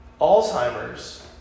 Alzheimer's